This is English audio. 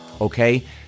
okay